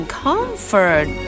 comfort